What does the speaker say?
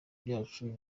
byacu